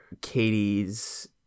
Katie's